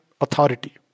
Authority